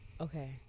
Okay